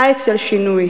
קיץ של שינוי.